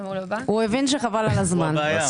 הוא הבין שחבל על הזמן.